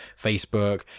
Facebook